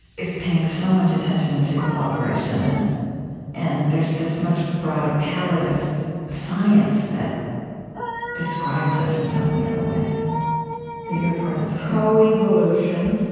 is paying so much attention to cooperation. and and there's this much broader palette of science that describes us in so many other ways that you're a part of, too co-evolution,